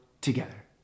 together